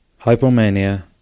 Hypomania